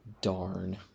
Darn